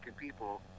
people